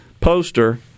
poster